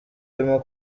arimo